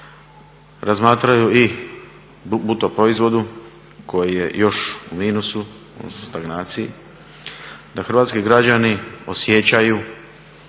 razmatraju i o bruto proizvodu koji je još u minusu, odnosno u stagnaciji, da hrvatski građani osjećaju